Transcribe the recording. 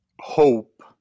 Hope